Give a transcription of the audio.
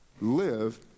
live